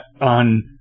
On